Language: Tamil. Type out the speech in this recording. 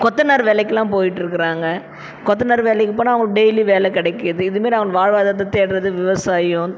கொத்தனார் வேலைக்குலாம் போயிட்டுருக்குறாங்க கொத்தனார் வேலைக்கு போனால் அவங்களுக்கு டெய்லி வேலை கிடைக்கிது இது மாதிரி அவங்க வாழ்வாதாரத்தை தேடுகிறது விவசாயம்